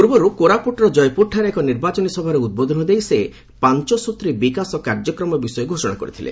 ପୂର୍ବରୁ କୋରାପୁଟର ଜୟପୁରଠାରେ ଏକ ନିର୍ବାଚନୀ ସଭାରେ ଉଦ୍ବୋଧନ ଦେଇ ସେ ପାଞ୍ଚସ୍ୱତ୍ରୀ ବିକାଶ କାର୍ଯ୍ୟକ୍ରମ ବିଷୟ ଘୋଷଣା କରିଥିଲେ